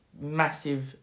massive